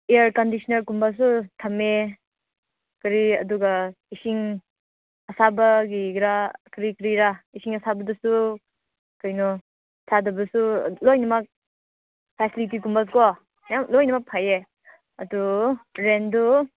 air ꯀꯟꯗꯤꯏꯁꯅꯔꯒꯨꯝꯕꯁꯨ ꯊꯝꯃꯦ ꯀꯔꯤ ꯑꯗꯨꯒ ꯏꯁꯤꯡ ꯑꯁꯥꯕꯒꯤꯔꯥ ꯀꯔꯤ ꯀꯔꯤꯔꯥ ꯏꯁꯤꯡ ꯑꯁꯥꯕꯗꯨꯁꯨ ꯀꯩꯅꯣ ꯁꯥꯗꯕꯁꯨ ꯂꯣꯏꯅꯃꯛ ꯐꯦꯁꯤꯂꯤꯇꯤꯒꯨꯝꯕ ꯀꯣ ꯌꯥꯝ ꯂꯣꯏꯅꯃꯛ ꯐꯩꯌꯦ ꯑꯗꯨ ꯔꯦꯟꯗꯨ